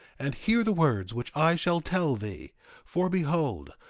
and hear the words which i shall tell thee for behold,